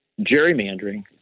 gerrymandering